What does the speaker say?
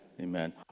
Amen